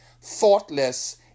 Thoughtless